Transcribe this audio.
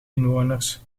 inwoners